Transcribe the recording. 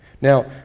Now